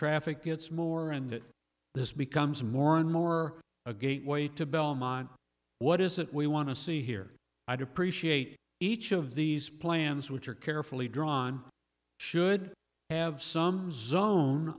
traffic gets more and that this becomes more and more a gateway to belmont what is it we want to see here i'd appreciate each of these plans which are carefully drawn should have some zone